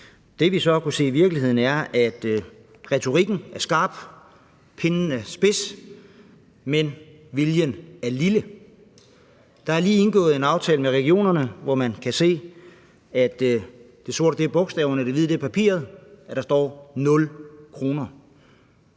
som vi så har kunnet se i virkeligheden, er, at retorikken er skarp, og at pennen er spids, men at viljen er lille. Der er lige blevet indgået en aftale med regionerne, hvor vi kan se – det sorte er bogstaverne, og det hvide er papiret – at der står 0 kr.